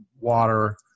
water